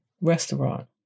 restaurant